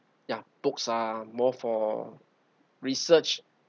ya books are more for research